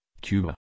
Cuba